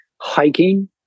Hiking